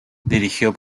dirigió